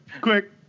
Quick